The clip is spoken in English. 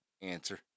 answer